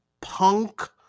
punk